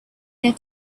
their